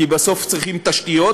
כי בסוף צריכים תשתיות,